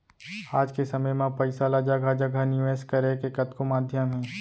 आज के समे म पइसा ल जघा जघा निवेस करे के कतको माध्यम हे